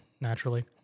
naturally